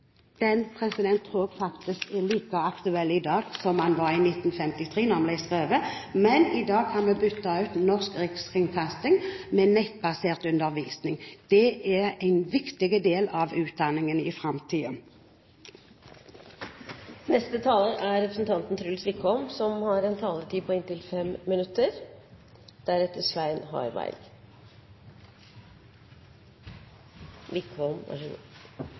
Den tar seg av geografi, naturkunnskap, og historie. Det legges vekt på å gjöre elevene lystne på praktisk utdannelse og å leve et sundt liv.» Det tror jeg faktisk er like aktuelt i dag som det var i 1953 da det ble skrevet, men i dag kan vi bytte ut Norsk rikskringkasting med nettbasert undervisning. Det er en viktig del av utdanningen i framtiden. For Arbeiderpartiet er